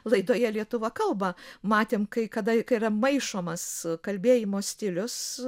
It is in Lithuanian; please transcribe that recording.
laidoje lietuva kalba matėm kai ka kadai kai yra maišomas kalbėjimo stilius